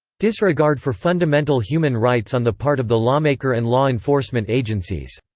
disregard for fundamental human rights on the part of the lawmaker and law enforcement agencies.